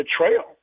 betrayal